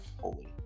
holy